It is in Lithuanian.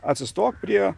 atsistok prie